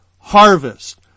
harvest